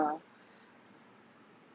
uh